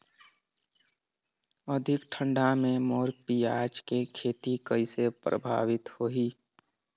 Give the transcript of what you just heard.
अधिक ठंडा मे मोर पियाज के खेती कइसे प्रभावित होही?